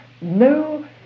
no